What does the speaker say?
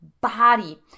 body